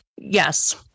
Yes